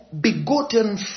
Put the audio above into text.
begotten